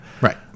right